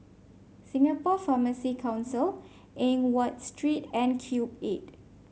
Singapore Pharmacy Council Eng Watt Street and Cube Eight